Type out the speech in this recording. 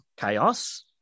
chaos